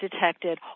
detected